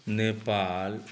Nepal